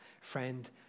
Friend